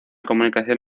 comunicación